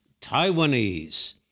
Taiwanese